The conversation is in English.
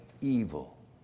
evil